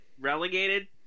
relegated